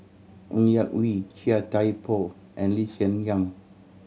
Ng Yak Whee Chia Thye Poh and Lee Hsien Yang